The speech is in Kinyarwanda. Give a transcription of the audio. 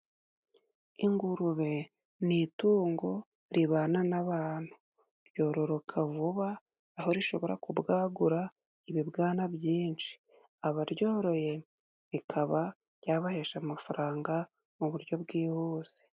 Ingurube ni itungo ribana n'abantu. Ryororoka vuba aho rishobora kubwagura ibibwana byinshi. Abaryoroye rikaba ryabahesha amafaranga mu buryo bwihuse.